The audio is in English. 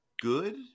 good